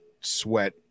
sweat